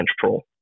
control